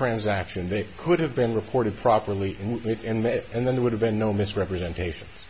transaction they could have been reported properly and then they would have been no misrepresentations